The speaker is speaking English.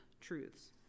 truths